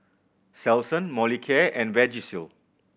Selsun Molicare and Vagisil